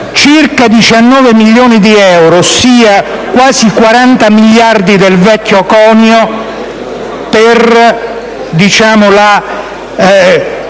circa 19 milioni di euro - ossia quasi 40 miliardi del vecchio conio -